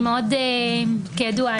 כידוע,